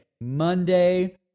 Monday